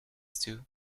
stew